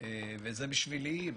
אבל הדיון הזה בשבילי,